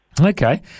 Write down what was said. Okay